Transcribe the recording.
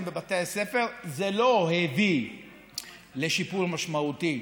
בבתי הספר זה לא הביא לשיפור משמעותי